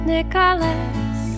Nicholas